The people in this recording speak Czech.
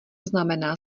znamená